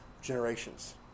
generations